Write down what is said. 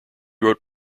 wrote